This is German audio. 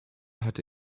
hatte